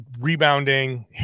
rebounding